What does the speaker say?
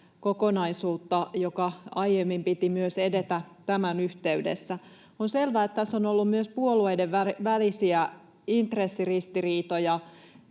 kokonaisuutta, jonka aiemmin piti myös edetä tämän yhteydessä. On selvää, että tässä on ollut myös puolueiden välisiä intressiristiriitoja.